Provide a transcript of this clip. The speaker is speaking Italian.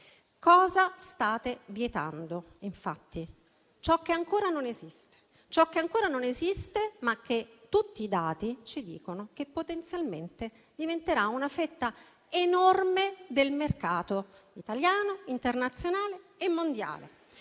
State vietando, infatti, ciò che ancora non esiste, ma che tutti i dati ci dicono che potenzialmente diventerà una fetta enorme del mercato italiano, internazionale e mondiale.